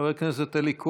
חבר הכנסת אלי כהן,